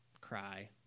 cry